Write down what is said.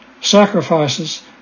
sacrifices